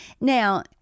Now